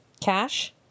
Cash